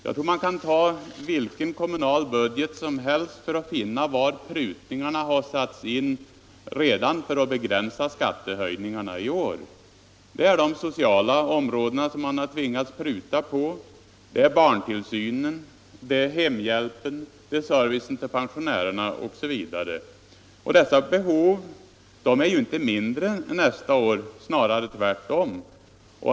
Jag tror att man i vilken kommunal budget som helst kan finna var prutningarna har satts in redan för att begränsa skattehöjningarna i år. Det är de sociala områdena man har tvingats pruta på: barntillsynen, hemhjälpen, servicen till pensionärerna osv. Och dessa behov är inte mindre nästa år, snarare tvärtom.